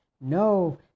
no